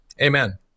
Amen